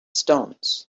stones